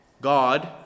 God